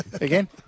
again